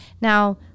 Now